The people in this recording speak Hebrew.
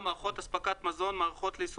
אני ממשיך: הלול הוא לול בלא כלובים שיכולת הייצור